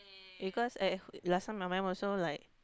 because I last time my mum also like